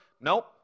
Nope